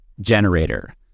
generator